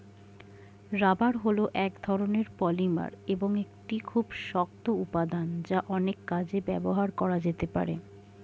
rubber হল এক ধরণের পলিমার এবং একটি খুব শক্ত উপাদান যা অনেক কাজে ব্যবহার করা যেতে পারে